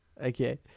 Okay